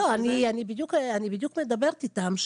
אני בדיוק מדברת איתם,